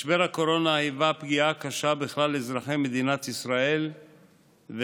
משבר הקורונה היווה פגיעה קשה בכלל אזרחי מדינת ישראל והביא